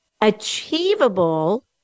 achievable